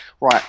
right